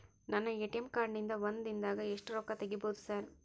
ನನ್ನ ATM card ನಿಂದಾ ಒಂದ್ ದಿಂದಾಗ ಎಷ್ಟ ರೊಕ್ಕಾ ತೆಗಿಬೋದು ಸಾರ್?